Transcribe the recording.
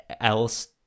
else